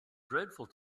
dreadful